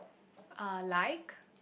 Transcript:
uh like